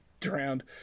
drowned